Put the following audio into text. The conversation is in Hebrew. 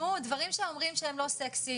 תשמעו דברים שאומרים שהם לא סקסיים,